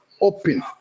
open